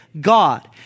God